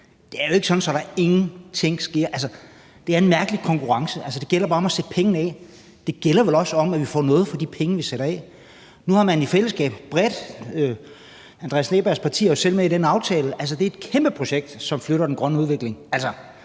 Det er jo ikke sådan, at der ingenting sker. Det er en mærkelig konkurrence, hvor det bare gælder om at sætte pengene af. Det gælder vel også om, at vi får noget for de penge, vi sætter af. Nu har man gjort det i fællesskab bredt, og hr. Andreas Steenbergs parti var jo selv med i den aftale, og det er et kæmpe projekt, som flytter den grønne udvikling.